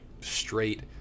straight